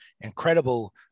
incredible